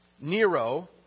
Nero